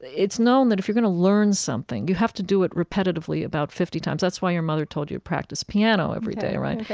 it's known that if you're going to learn something, you have to do it repetitively about fifty times. that's why your mother told you to practice piano every day, right? ok,